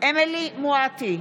אמילי חיה מואטי,